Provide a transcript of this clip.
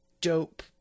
dope